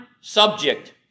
subject